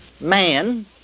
man